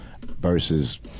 versus